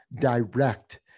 direct